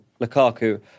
Lukaku